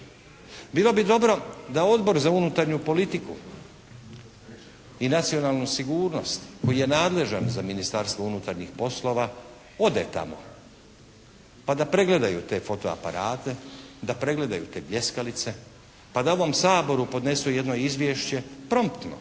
Bilo bi dobro da Odbor za unutarnju politiku i nacionalnu sigurnost koji ne nadležan za Ministarstvo unutarnjih poslova ode tamo, pa da pregledaju te fotoaparate, da pregledaju te bljeskalice, pa da ovom Saboru podnesu jedno izvješće promptno